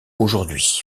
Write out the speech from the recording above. aujourd’hui